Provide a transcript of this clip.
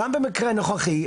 גם במקרה הנוכחי,